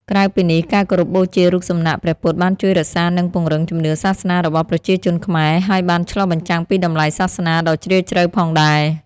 ក្រៅពីនេះ ការគោរពបូជារូបសំណាកព្រះពុទ្ធបានជួយរក្សានិងពង្រឹងជំនឿសាសនារបស់ប្រជាជនខ្មែរ ហើយបានឆ្លុះបញ្ចាំងពីតម្លៃសាសនាដ៏ជ្រាលជ្រៅផងដែរ។